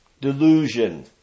delusion